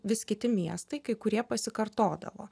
vis kiti miestai kai kurie pasikartodavo